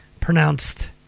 pronounced